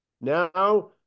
Now